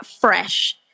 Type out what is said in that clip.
fresh